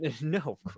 no